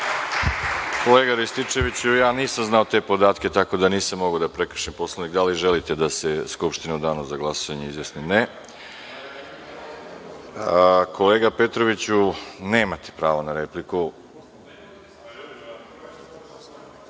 Kolega Rističeviću, ja nisam znao te podatke tako da nisam mogao da prekršim Poslovnik. Da li želite da se Skupština u danu za glasanje izjasni? (Ne.)Kolega Petroviću, nemate pravo na repliku.(Dušan